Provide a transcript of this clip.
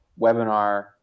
webinar